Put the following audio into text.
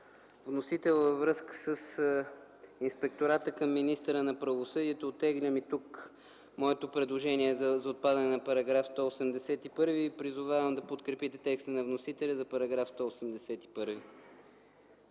вносителя във връзка с Инспектората към министъра на правосъдието, оттеглям и тук моето предложение за отпадане на § 181 и призовавам да подкрепите текста на вносителя за § 181.